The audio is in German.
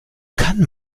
kann